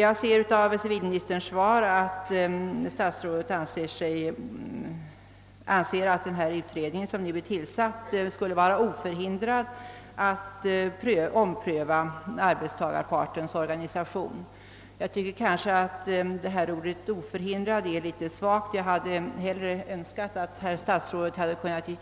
Nu finner jag av civilministerns svar att statsrådet anser den utredning som nu är tillsatt vara oförhindrad att ompröva arbetsgivarpartens organisation. Jag tycker nog att ordet oförhindrad är litet vagt. Jag hade hellre sett att statsrådet